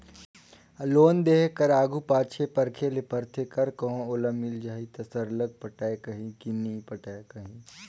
loan देय कर आघु जांचे परखे ले परथे कर कहों ओला मिल जाही ता सरलग पटाए सकही कि नी पटाए सकही